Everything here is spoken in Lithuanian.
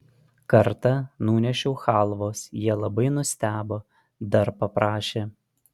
kartą nunešiau chalvos jie labai nustebo dar paprašė